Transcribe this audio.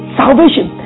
salvation